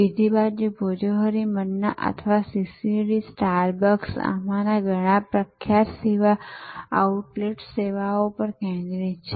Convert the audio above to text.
બીજી બાજુ ભોજોહોરી મન્ના અથવા સીસીડી સ્ટારબક્સ આમાંના ઘણા પ્રખ્યાત સેવા આઉટલેટ્સ સેવાઓ પર કેન્દ્રિત છે